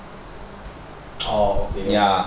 orh okay